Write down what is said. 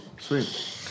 Sweet